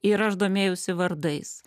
ir aš domėjausi vardais